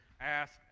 ask